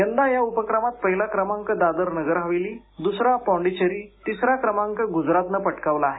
यंदा या उपक्रमात पहिला क्रमांक दादर नगर हवेलीदुसरा पाँडेचरी आणि तिसरा क्रमांक गुजरातनं पटकावला आहे